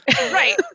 Right